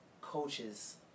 coaches